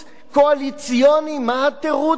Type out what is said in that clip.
מה התירוץ של מפלגת העבודה?